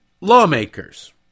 lawmakers